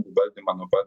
valdymą nuo pat